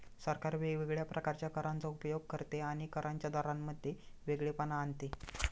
सरकार वेगवेगळ्या प्रकारच्या करांचा उपयोग करते आणि करांच्या दरांमध्ये वेगळेपणा आणते